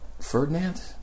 Ferdinand